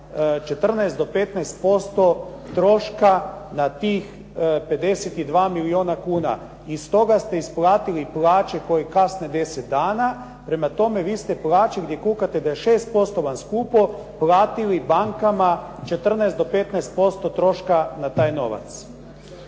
14 do 15% troška na tih 52 milijuna kuna. Iz toga ste isplatili plaće koje kasne 10 dana. Prema tome, vi ste plaće gdje kukate da je 6% vam skupo platili bankama 14 do 15% troška na taj novac.